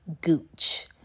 gooch